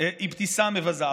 אבתיסאם מבזה.